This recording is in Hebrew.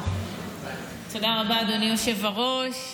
רבה, אדוני היושב-ראש.